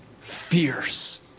fierce